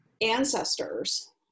ancestors